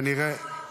אתה שומע אותה?